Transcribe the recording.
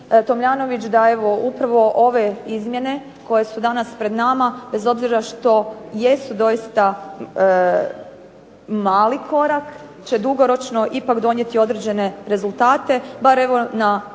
Tomljanović da evo upravo ove izmjene koje su danas pred nama bez obzira što jesu doista mali korak, će dugoročno ipak donijeti određene rezultate, bar evo na ovom